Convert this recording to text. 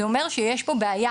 זה אומר שיש פה בעיה.